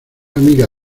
amiga